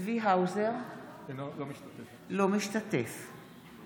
צבי האוזר, אינו משתתף בהצבעה